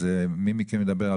מי מכם ידבר,